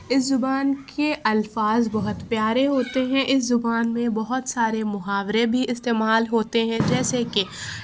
اس زبان کے الفاظ بہت پیارے ہوتے ہیں اس زبان میں بہت سارے محاورے بھی استعمال ہوتے ہیں جیسے کہ